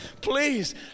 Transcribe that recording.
Please